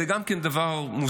זה גם כן דבר מוזר.